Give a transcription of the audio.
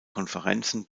konferenzen